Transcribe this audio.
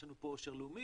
יש לנו פה עושר לאומי,